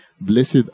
Blessed